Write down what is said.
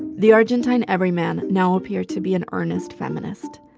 the argentine everyman now appeared to be an earnest feminist.